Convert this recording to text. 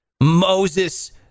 Moses